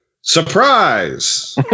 Surprise